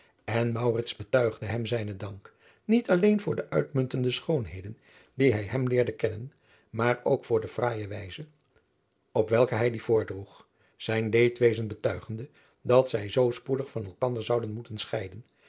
en maurits betuigde hem zijnen dank niet alleen voor de uitmuntende schoonheden die hij hem leerde kennen maar ook voor de fraaije wijze op welke hij die voordroeg zijn leedwezen betuigende dat zij zoo spoedig van elkander zouden moeten scheiden